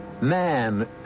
Man